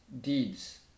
deeds